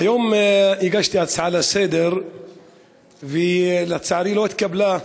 היום הגשתי הצעה לסדר-היום, ולצערי היא לא התקבלה.